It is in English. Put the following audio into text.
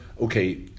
okay